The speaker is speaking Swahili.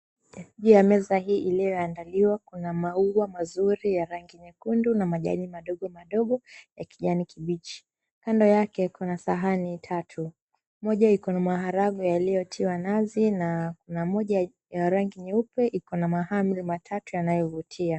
Juu ya meza hii iliyoandaliwa kuna maua mazuri ya rangi nyekundu na majani madogo madogo ya kijani kibichi. Kando yake kuna sahani tatu; moja Iko na maharagwe yaliyotiwa nazi na kuna moja ya rangi nyeupe Iko na mahamri matatu yanayovutia.